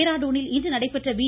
டேராடுனில் இன்று நடைபெற்ற பி